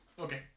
Okay